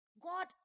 God